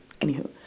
anywho